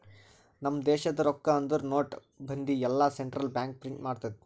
ನಮ್ ದೇಶದು ರೊಕ್ಕಾ ಅಂದುರ್ ನೋಟ್, ಬಂದಿ ಎಲ್ಲಾ ಸೆಂಟ್ರಲ್ ಬ್ಯಾಂಕ್ ಪ್ರಿಂಟ್ ಮಾಡ್ತುದ್